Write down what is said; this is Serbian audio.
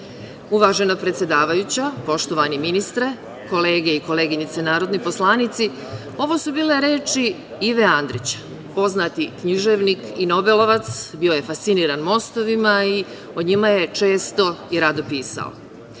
zlo."Uvažena predsedavajuća, poštovani ministre, kolege i koleginice narodni poslanici, ovo su bile reči Ive Andrića. Poznati književnik i nobelovac. Bio je fasciniran mostovima i o njima je često i rado pisao. Naime,